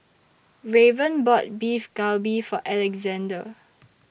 Raven bought Beef Galbi For Alexandr